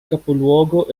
capoluogo